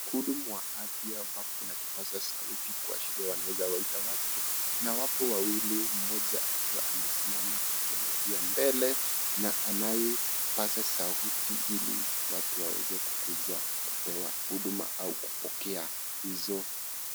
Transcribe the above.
Wahudumu wa afya wapo na kipaza sauti kuashiria wanaweza waita watu na wapo wawili, mmoja akiwa amesimama akiangalia mbele na anayepaza sauti ili watu waweze kukuja kupewa huduma au kupokea hizo.